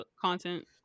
content